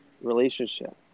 relationship